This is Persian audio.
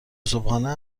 صبحانه